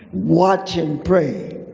watch and pray.